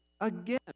again